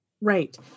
Right